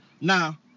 Now